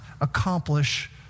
accomplish